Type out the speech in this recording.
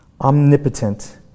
omnipotent